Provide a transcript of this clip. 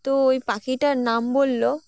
তো ওই পাখিটার নাম বলল